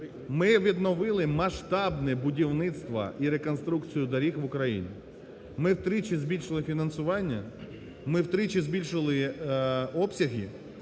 Ми відновили масштабне будівництво і реконструкцію доріг в Україні. Ми втричі збільшили фінансування, ми втричі збільшили обсяги